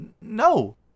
no